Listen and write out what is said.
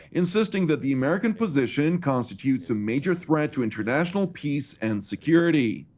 insisting that the american position constitutes a major threat to international peace and security.